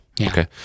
okay